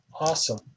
Awesome